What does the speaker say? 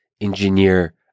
engineer